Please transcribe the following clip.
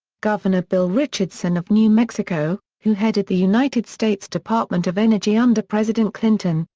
gov. and bill richardson of new mexico, who headed the united states department of energy under president clinton,